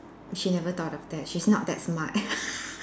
she never thought of that she's not that smart